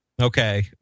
Okay